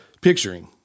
picturing